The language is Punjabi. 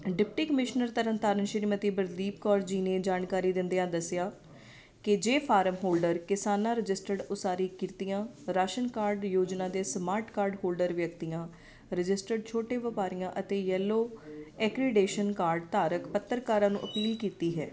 ਡਿਪਟੀ ਕਮਿਸ਼ਨਰ ਤਰਨਤਾਰਨ ਸ਼੍ਰੀਮਤੀ ਬਲਦੀਪ ਕੌਰ ਜੀ ਨੇ ਜਾਣਕਾਰੀ ਦਿੰਦਿਆਂ ਦੱਸਿਆ ਕਿ ਜੇ ਫਾਰਮ ਹੋਲਡਰ ਕਿਸਾਨਾਂ ਰਜਿਸਟਰਡ ਉਸਾਰੀ ਕਿਰਤੀਆਂ ਰਾਸ਼ਨ ਕਾਰਡ ਯੋਜਨਾ ਦੇ ਸਮਾਰਟ ਕਾਰਡ ਹੋਲਡਰ ਵਿਅਕਤੀਆਂ ਰਜਿਸਟਰਡ ਛੋਟੇ ਵਪਾਰੀਆਂ ਅਤੇ ਯੈਲੋ ਐਕਰੀਡੇਸ਼ਨ ਕਾਰਡ ਧਾਰਕ ਪੱਤਰਕਾਰਾਂ ਨੂੰ ਅਪੀਲ ਕੀਤੀ ਹੈ